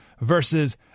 Versus